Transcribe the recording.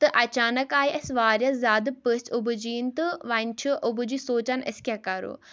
تہٕ اَچانٛک آے اَسہِ واریاہ زیادٕ پٔژھۍ اُبوٗجی یِنۍ تہٕ وۄنۍ چھُ ابوٗ جی سونٛچان أسۍ کیٛاہ کَرو